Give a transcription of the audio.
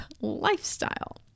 lifestyle